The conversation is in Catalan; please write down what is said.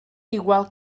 igual